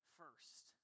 first